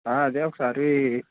అదే ఒకసారి